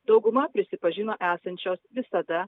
dauguma prisipažino esančios visada